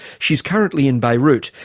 she's currently in beirut.